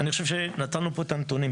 אני חושב שנתנו פה את הנתונים.